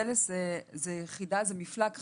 פל"ס היא יחידת מפלג חקירות,